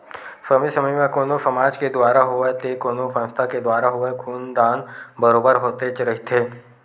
समे समे म कोनो समाज के दुवारा होवय ते कोनो संस्था के दुवारा होवय खून दान बरोबर होतेच रहिथे